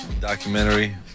Documentary